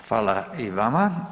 Hvala i vama.